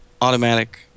automatic